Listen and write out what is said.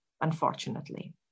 unfortunately